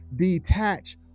detach